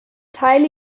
teile